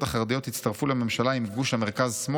החרדיות יצטרפו לממשלה עם גוש השמאל-מרכז,